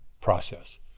process